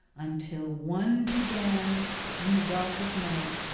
until one began in the dark of night,